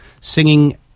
singing